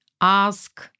ask